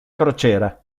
crociera